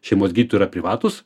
šeimos gydytojų yra privatūs